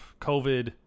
COVID